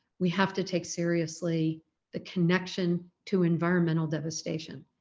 we have to take seriously the connection to environmental devastation,